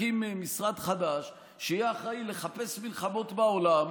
נקים משרד חדש שיהיה אחראי לחפש מלחמות בעולם,